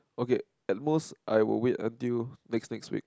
okay at most I will wait until next next week